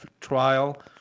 trial